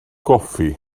goffi